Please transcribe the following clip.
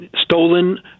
stolen